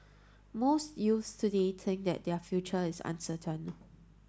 most youths today think that their future is uncertain